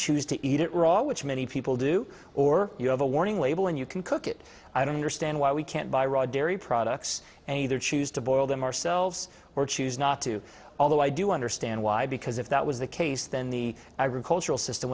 choose to eat it raw which many people do or you have a warning label and you can cook it i don't understand why we can't buy raw dairy products and either choose to boil them ourselves or choose not to although i do understand why because if that was the case then the agricultural system